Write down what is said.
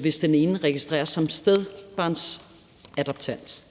hvis den ene registreres som stedbarnsadoptant.